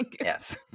yes